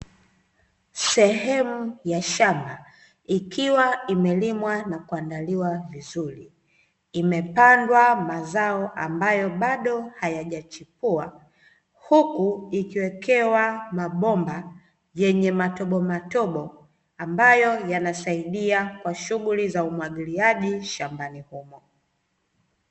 Sehemu ya shamba ikiwa imelimwa na kuandaliwa vizuri, imepandwa mazao ambayo bado hayajachipua huku ikiwekewa mabomba yenye matobo matobo ambayo yanasaidia kwa shughuli za umwagiliaji shambani humo.